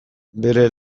bere